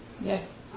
Yes